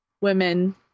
women